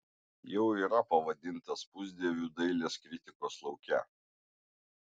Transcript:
jau yra pavadintas pusdieviu dailės kritikos lauke